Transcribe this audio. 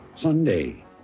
Sunday